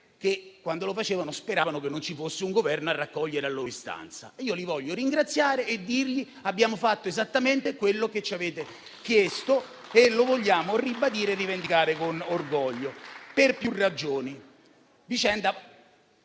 che, quando lo facevano, speravano che non ci fosse un Governo a raccogliere la loro istanza. Li voglio ringraziare e dir loro che abbiamo fatto esattamente quello che ci hanno chiesto: lo vogliamo ribadire e rivendicare con orgoglio, per varie ragioni.